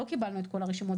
לא, אבל קיבלתם את כל הרשימות?